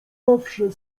zawsze